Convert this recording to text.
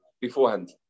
Beforehand